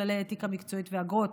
כללי אתיקה מקצועית ואגרות),